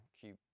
keep